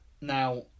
now